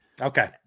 okay